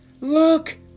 Look